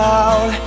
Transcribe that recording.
out